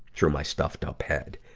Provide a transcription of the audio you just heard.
through my stuffed-up head,